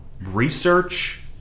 research